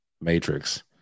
Matrix